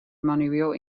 manueel